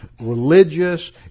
religious